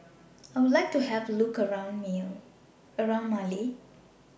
I Would like to Have A Look around Male